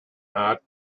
hot